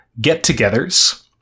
get-togethers